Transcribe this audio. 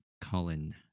Colin